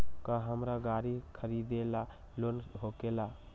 का हमरा गारी खरीदेला लोन होकेला?